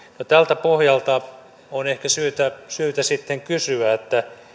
no tältä pohjalta on ehkä syytä syytä sitten kysyä